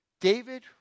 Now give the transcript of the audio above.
David